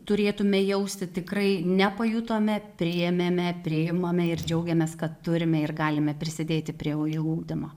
turėtume jausti tikrai nepajutome priėmėme priimame ir džiaugiamės kad turime ir galime prisidėti prie jų ugdymo